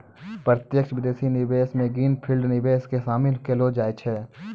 प्रत्यक्ष विदेशी निवेश मे ग्रीन फील्ड निवेश के शामिल केलौ जाय छै